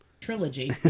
trilogy